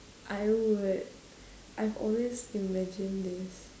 I would I've always imagined this